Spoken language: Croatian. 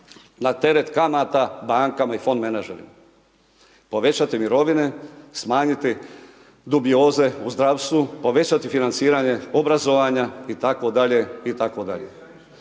na teret kamata bankama i fond menadžerima, povećati mirovine, smanjiti dubioze u zdravstvu, povećati financiranje obrazovanja itd,,